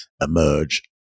emerge